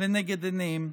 לנגד עיניהם.